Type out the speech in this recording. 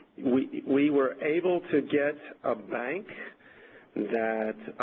we we were able to get a bank that